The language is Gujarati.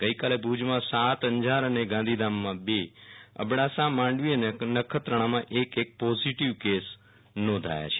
ગઈકાલે ભુજમાં સાત અંજાર અને અને ગાંધીધામમાં ર અબડાસા માંડવી અને નખત્રાણામાં એક એક પોઝીટીવ કેસ નોંધાયા છે